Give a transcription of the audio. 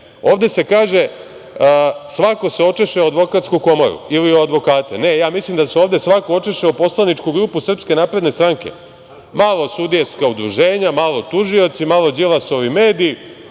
ne. Ovde se kaže – svako se očeše o Advokatsku komoru ili o advokate. Ne, ja mislim da se ovde svako očeše o poslaničku grupu SNS – malo sudijska udruženja, malo tužioci, malo Đilasovi mediji,